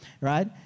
Right